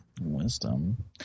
Wisdom